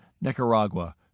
Nicaragua